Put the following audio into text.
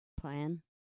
plan